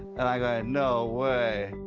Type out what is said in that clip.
and i'm going, no way!